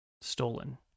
Stolen